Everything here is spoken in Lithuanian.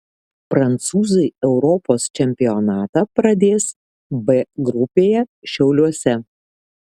prancūzai europos čempionatą pradės b grupėje šiauliuose